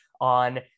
on